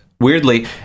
weirdly